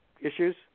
issues